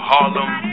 Harlem